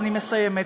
אני מסיימת,